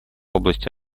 области